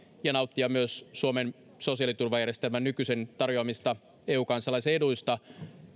ja myös nauttia suomen sosiaaliturvajärjestelmän nykyisin tarjoamista eu kansalaisen eduista